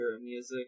music